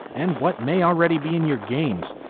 and what may already be in your games.